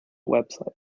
website